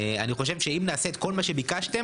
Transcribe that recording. אני חושב שאם נעשה את כל מה שביקשתם